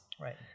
Right